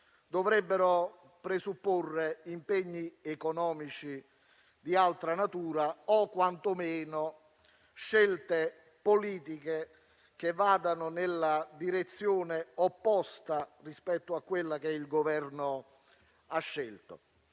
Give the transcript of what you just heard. dovrebbero presupporre impegni economici di altra natura, o quantomeno scelte politiche che vadano nella direzione opposta rispetto a quella che il Governo ha scelto: